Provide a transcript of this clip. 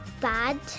bad